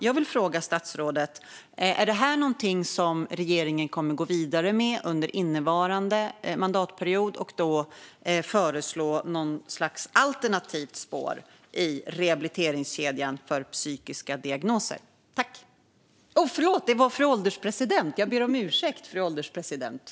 Jag vill fråga statsrådet: Är detta någonting som regeringen kommer att gå vidare med under innevarande mandatperiod och då föreslå något slags alternativt spår i rehabiliteringskedjan för psykiska diagnoser?